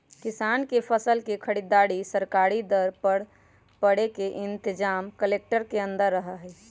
किसान के फसल के खरीदारी सरकारी दर पर करे के इनतजाम कलेक्टर के अंदर रहा हई